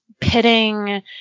pitting